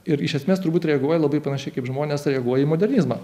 ir iš esmės turbūt reaguoji labai panašiai kaip žmonės reaguoja į modernizmą